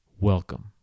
Welcome